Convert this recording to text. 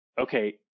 okay